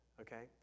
okay